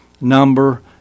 number